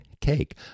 cake